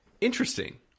interesting